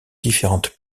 différentes